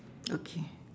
okay